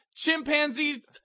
chimpanzees